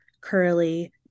Curly